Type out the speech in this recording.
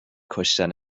کشتن